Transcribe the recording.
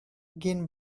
gin